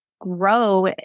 grow